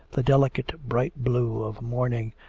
the delicate, bright blue of morning,